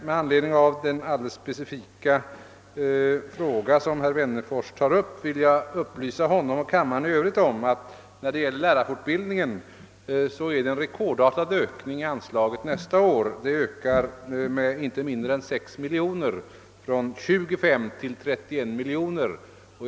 Med anledning av den alldeles specifika fråga som herr Wennerfors tog upp vill jag upplysa honom och kammaren i övrigt om att när det gäller lärarfortbildningen blir det en rekordartad ökning av anslaget nästa år. Det ökar med inte mindre än 6 miljoner från 25 till 31 miljoner kronor.